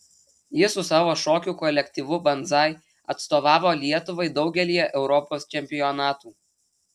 jis su savo šokių kolektyvu banzai atstovavo lietuvai daugelyje europos čempionatų